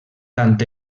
tant